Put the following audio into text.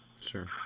Sure